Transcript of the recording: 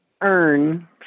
earn